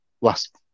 last